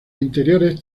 interiores